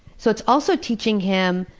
so, it's also teaching him,